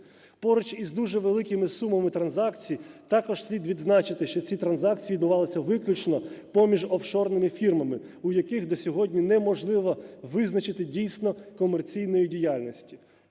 Поруч із дуже великими сумами транзакцій також слід відзначити, що ці транзакції відбувалися виключно поміж офшорними фірмами, в яких до сьогодні неможливо визначити дійсно комерційної діяльності".